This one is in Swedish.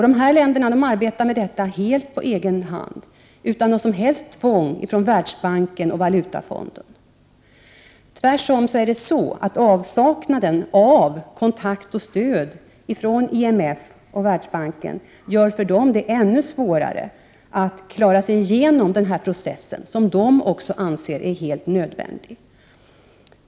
Dessa länder arbetar med detta helt på egen hand utan något som helst tvång från Världsbanken och Valutafonden. Tvärtom gör avsaknaden av kontakt och stöd från IMF och Världsbanken det ännu svårare för dem att klara sig igenom den här processen som de också anser är helt nödvändig.